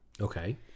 Okay